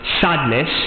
sadness